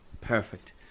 perfect